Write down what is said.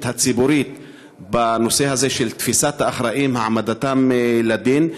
הציבורית בנושא הזה של תפיסת האחראים והעמדתם לדין.